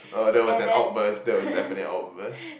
oh that was an outburst that was definitely an outburst